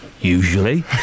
usually